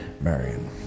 Marion